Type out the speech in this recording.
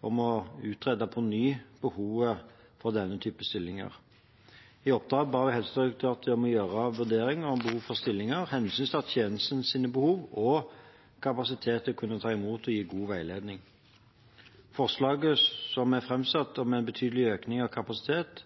om på ny å utrede behovet for denne typen stillinger. I oppdraget ba jeg Helsedirektoratet om å gjøre vurderinger av behov for stillinger, hensyntatt tjenestenes behov og kapasitet til å kunne ta imot og gi god veiledning. Forslaget som er fremsatt om en betydelig økning av kapasitet,